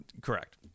correct